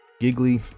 giggly